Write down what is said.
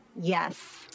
yes